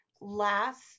last